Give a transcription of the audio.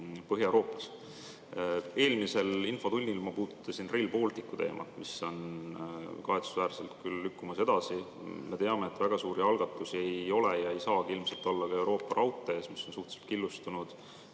Põhja-Euroopas. Eelmises infotunnis ma puudutasin Rail Balticu teemat, mis on kahetsusväärselt edasi lükkumas. Me teame, et väga suuri algatusi ei ole ja ei saagi ilmselt olla ka Euroopa raudtee puhul, mis on suhteliselt killustunud.